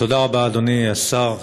תודה רבה, אדוני השר.